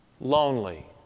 Lonely